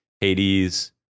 Hades